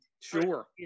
Sure